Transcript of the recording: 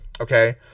okay